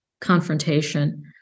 confrontation